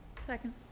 Second